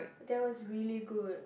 that was really good